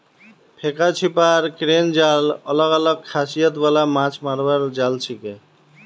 फेका छीपा आर क्रेन जाल अलग अलग खासियत वाला माछ मरवार जाल छिके